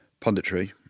punditry